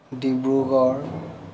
Dibrugarh